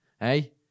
hey